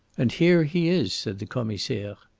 and here he is, said the commissaire.